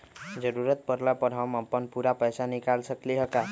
जरूरत परला पर हम अपन पूरा पैसा निकाल सकली ह का?